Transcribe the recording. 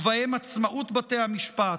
ובהם עצמאות בתי המשפט,